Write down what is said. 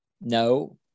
no